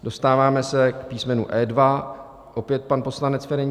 Dostáváme se k písmenu E2, opět pan poslanec Ferjenčík.